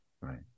right